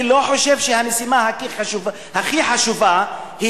אני לא חושב שהמשימה הכי חשובה היא